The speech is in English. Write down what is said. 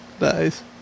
Nice